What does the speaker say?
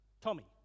Tommy